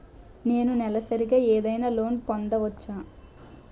నేను నెలసరిగా ఏదైనా లోన్ పొందవచ్చా?